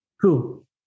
true